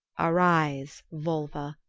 arise, volva,